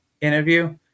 interview